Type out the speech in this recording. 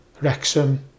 Wrexham